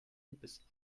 bis